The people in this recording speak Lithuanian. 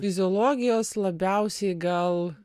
fiziologijos labiausiai gal